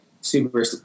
super